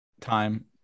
time